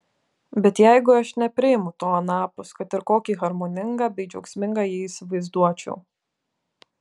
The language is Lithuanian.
bet jeigu aš nepriimu to anapus kad ir kokį harmoningą bei džiaugsmingą jį įsivaizduočiau